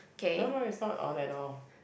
no no is not all that all